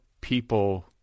people